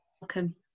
welcome